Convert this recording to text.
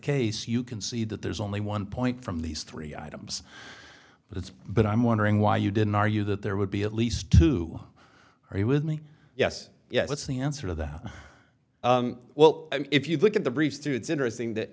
case you can see that there's only one point from these three items but it's but i'm wondering why you didn't argue that there would be at least two are you with me yes yes that's the answer to that well if you look at the briefs through it's interesting that